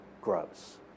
grows